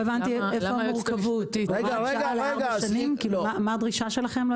לא הבנתי למה היועצת המשפטית --- לא הבנתי מה הדרישה שלכם?